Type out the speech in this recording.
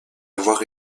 avoir